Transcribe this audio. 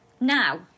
Now